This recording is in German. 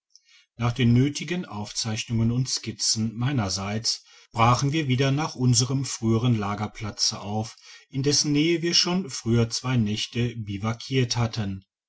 nach den nötigen aufzeichnungen und skizzen meinerseits brachen wir wieder nach unserem früheren lagerplatze auf in dessen nähe wir schon früher zwei nächte biwakiert hatten